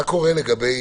מה קורה לגבי